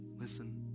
Listen